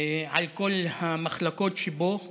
על כל המחלקות שבו.